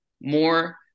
more